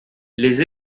les